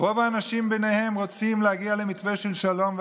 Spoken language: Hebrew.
רוב האנשים ביניהם רוצים להגיע למתווה של שלום,